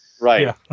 Right